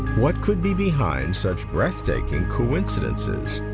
what could be behind such breathtaking coincidences?